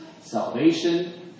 Salvation